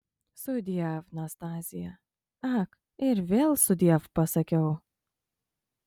sudiev nastazija ak ir vėl sudiev pasakiau